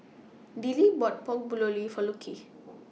Dillie bought Pork For Luki